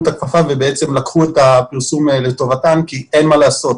את הכפפה ולקחו את הפרסום לטובתן כי אין מה לעשות,